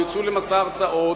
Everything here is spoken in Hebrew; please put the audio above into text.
או יצאו למסע הרצאות,